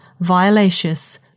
violaceous